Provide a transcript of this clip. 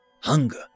Hunger